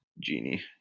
genie